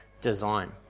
design